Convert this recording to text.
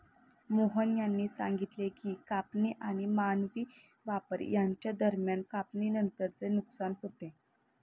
मोहन यांनी सांगितले की कापणी आणि मानवी वापर यांच्या दरम्यान कापणीनंतरचे नुकसान होते